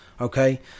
Okay